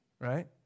right